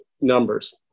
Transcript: numbers